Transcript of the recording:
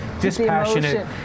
dispassionate